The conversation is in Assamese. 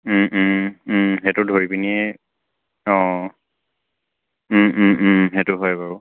সেইটো ধৰি পিনি অঁ সেইটো হয় বাৰু